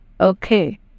Okay